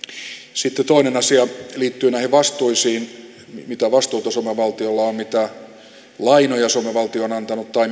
sitten toinen asia liittyy näihin vastuisiin mitä vastuita suomen valtiolla on mitä lainoja suomen valtio on antanut tai